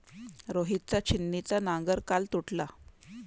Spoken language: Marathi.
रोहितचा छिन्नीचा नांगर काल तुटला